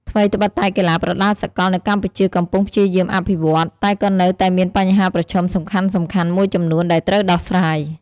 ថ្វីត្បិតតែកីឡាប្រដាល់សកលនៅកម្ពុជាកំពុងព្យាយាមអភិវឌ្ឍន៍ តែក៏នៅតែមានបញ្ហាប្រឈមសំខាន់ៗមួយចំនួនដែលត្រូវដោះស្រាយ